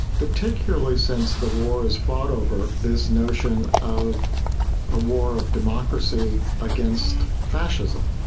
particularly since the war is fought over this notion of a war of democracy against fascism.